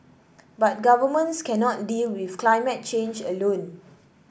but governments cannot deal with climate change alone